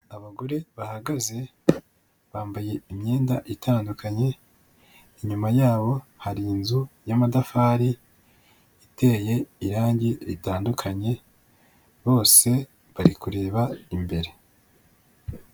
Abagore bahagaze, bambaye imyenda itandukanye, inyuma yabo hari inzu y'amatafari iteye irangi ritandukanye, bose bari kureba imbere.